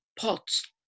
pots